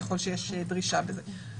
ככל שיש דרישה בזה.